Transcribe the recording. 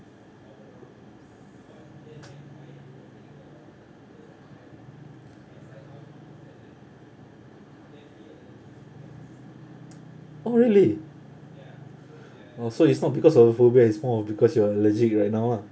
oh really oh so it's not because of the phobia it's more of because you are allergic right now lah